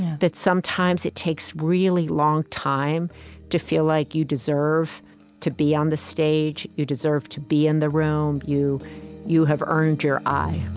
that sometimes it takes a really long time to feel like you deserve to be on the stage you deserve to be in the room you you have earned your i.